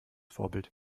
vorbild